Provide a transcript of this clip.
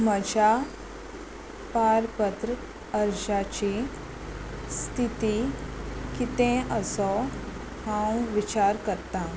म्हज्या पारपत्र अर्जाची स्थिती कितें आसा हांव विचार करतां